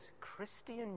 Christian